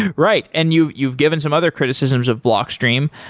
and right, and you you've given some other criticisms of blockstream.